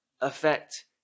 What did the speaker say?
affect